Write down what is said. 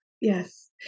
Yes